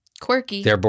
Quirky